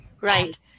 right